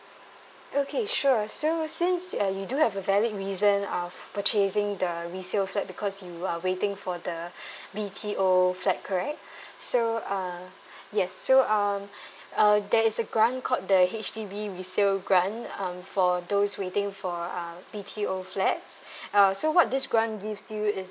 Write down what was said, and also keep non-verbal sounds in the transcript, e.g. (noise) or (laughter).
okay sure so since uh you do have a valid reason uh purchasing the resale flat because you are waiting for the (breath) B_T_O flat correct (breath) so uh yes so um uh there is a grant called the H_D_B resale grant um for those waiting for uh B_T_O flats uh so what this grant gives you is